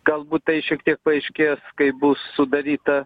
galbūt tai šiek tiek paaiškės kai bus sudaryta